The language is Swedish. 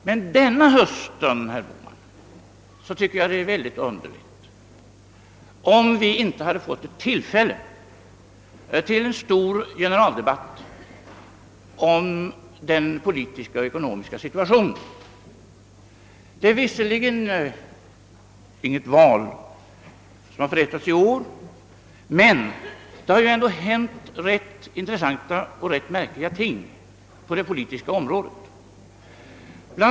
Men denna höst, herr Bohman, tycker jag att det skulle ha varit mycket underligt om vi inte hade fått tillfälle till en stor generaldebatt om den politiska och ekonomiska situationen. Det har visserligen inte förrättats något val i år, men det har hänt intressanta och märkliga ting på det politiska området. Bl.